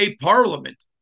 parliament